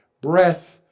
breath